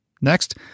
Next